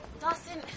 Dawson